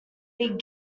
big